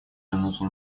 минуту